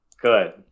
Good